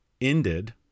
ended